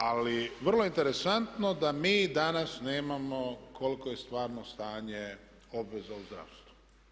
Ali vrlo je interesantno da mi danas nemamo koliko je stvarno stanje obveza u zdravstvu.